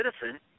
citizen